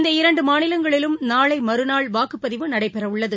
இந்த இரண்டு மாநிலங்களிலும் நாளை மறுநாள் வாக்குப்பதிவு நடைபெறவுள்ளது